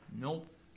Nope